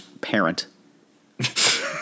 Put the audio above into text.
Parent